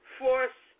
force